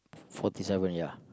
forty seven ya